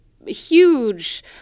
huge